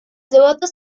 devotos